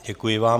Děkuji vám.